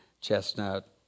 Chestnut